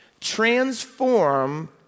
transform